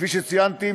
כפי שציינתי,